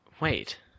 Wait